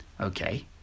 Okay